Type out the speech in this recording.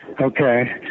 Okay